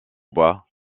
bois